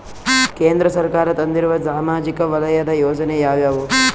ಕೇಂದ್ರ ಸರ್ಕಾರ ತಂದಿರುವ ಸಾಮಾಜಿಕ ವಲಯದ ಯೋಜನೆ ಯಾವ್ಯಾವು?